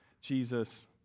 Jesus